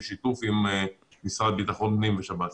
בשיתוף המשרד לביטחון הפנים ושב"ס.